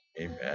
Amen